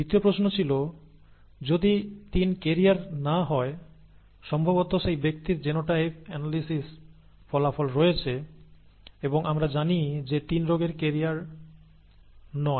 দ্বিতীয় প্রশ্ন ছিল যদি 3 ক্যারিয়ার না হয় সম্ভবত সেই ব্যক্তির জিনোটাইপিক অ্যানালিসিস ফলাফল রয়েছে এবং আমরা জানি যে 3 রোগের ক্যারিয়ার নয়